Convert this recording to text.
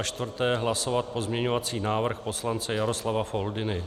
4. Hlasovat pozměňovací návrh poslance Jaroslava Foldyny.